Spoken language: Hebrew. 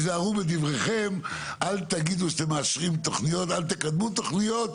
אל תגידו שאתם מאשרים תוכניות, אל תקדמו תוכניות,